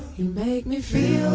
you make me feel